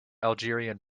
algerian